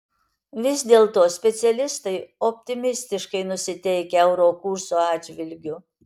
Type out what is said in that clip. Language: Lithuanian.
vis dėlto specialistai optimistiškai nusiteikę euro kurso atžvilgiu